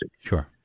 Sure